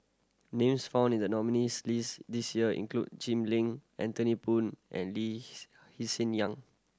names found in the nominees' list this year include Jim Lim Anthony Poon and Lee Lee Hsien Yang